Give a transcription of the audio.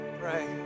Pray